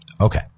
Okay